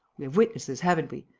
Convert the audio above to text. we have witnesses, haven't we.